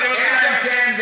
אלא אם כן,